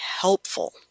helpful